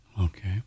Okay